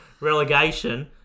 relegation